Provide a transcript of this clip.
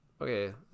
Okay